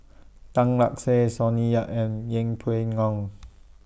Tan Lark Sye Sonny Yap and Yeng Pway Ngon